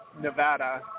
nevada